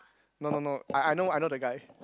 no no no I I know I know the guy